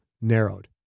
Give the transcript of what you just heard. narrowed